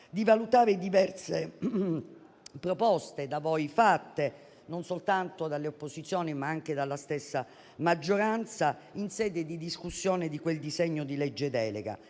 di valutare diverse proposte da voi fatte, non soltanto dalle opposizioni, ma anche dalla stessa maggioranza, in sede di discussione di quel disegno di legge delega,